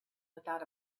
without